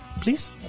Please